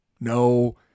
no